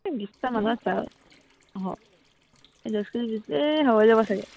এই বিশটো মানুহৰ চাউল এই দহ কেজি বিশ কেজি এই হৈ যাব চাগে